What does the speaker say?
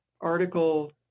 article